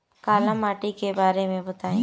काला माटी के बारे में बताई?